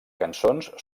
cançons